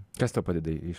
kas tau padeda iš